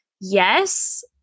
Yes